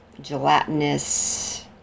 gelatinous